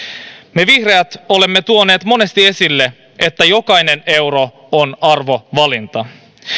me vihreät olemme tuoneet monesti esille että jokainen euro on arvovalinta